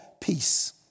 peace